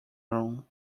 room